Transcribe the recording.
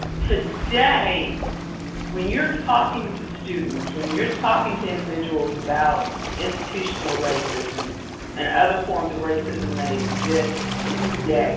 today when you're talking to students, when you're talking to individuals about institutional racism and other forms of racism that exists today,